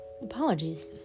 Apologies